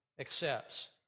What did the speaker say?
accepts